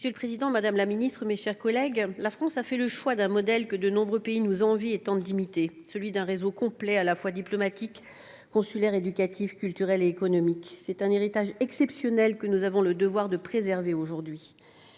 Monsieur le président, madame la ministre, mes chers collègues, la France a fait le choix d'un modèle que de nombreux pays nous envient et tentent d'imiter : celui d'un réseau complet, à la fois diplomatique, consulaire, éducatif, culturel et économique. C'est un héritage exceptionnel, que nous avons le devoir de préserver.